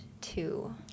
two